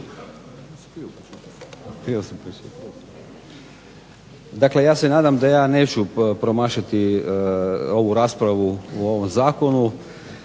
Dakle, ja se nadam da ja neću promašiti ovu raspravu o ovom zakonu.